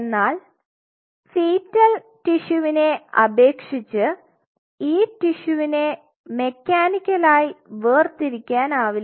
എന്നാൽ ഫീറ്റൽ ടിഷ്യുവിനെ അപേക്ഷിച്ച് ഈ ടിഷ്യു വിനെ മെക്കാനിക്കൽ ആയി വേർതിരിക്കാനാവില്ല